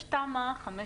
יש תמ"א 15,